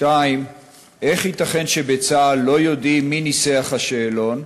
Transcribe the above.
2. איך ייתכן שבצה"ל לא יודעים מי ניסח את השאלון?